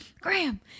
Graham